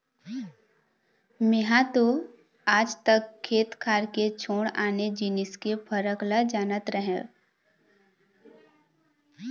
मेंहा तो आज तक खेत खार के छोड़ आने जिनिस के फरक ल जानत रहेंव